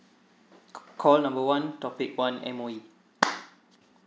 c~ call number one topic one M_O_E